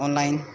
online